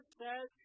says